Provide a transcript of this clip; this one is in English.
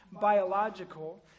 biological